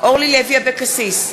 אורלי לוי אבקסיס,